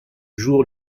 jour